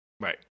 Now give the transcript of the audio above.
right